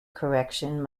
correction